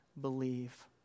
believe